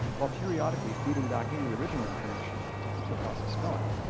while periodically feeding back in the original information to keep the process going.